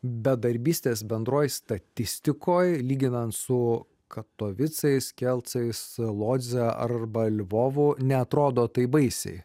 bedarbystės bendroj statistikoj lyginant su katovicais kelcais lodze arba lvovu neatrodo taip baisiai